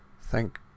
Thank